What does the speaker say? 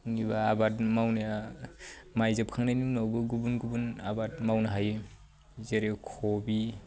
आंनिबा आबाद मावनाया माइ जोबखांनायनि उनावबो गुबुन गुबुन आबाद मावनो हायो जेरै क'बि